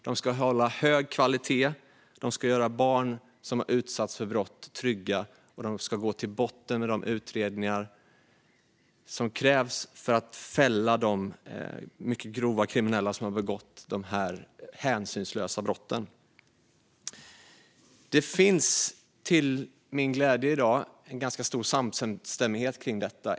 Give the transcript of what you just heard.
De ska hålla hög kvalitet, de ska göra barn som har utsatts för brott trygga och de ska gå till botten med de utredningar som krävs för att fälla de mycket grovt kriminella som har begått dessa hänsynslösa brott. Till min glädje finns det i dag en ganska stor samstämmighet i detta.